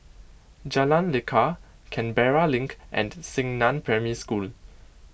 Jalan Lekar Canberra Link and Xingnan Primary School